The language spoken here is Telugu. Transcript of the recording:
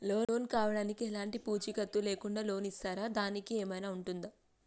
లోన్ కావడానికి ఎలాంటి పూచీకత్తు లేకుండా లోన్ ఇస్తారా దానికి ఏమైనా ఉంటుందా?